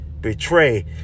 betray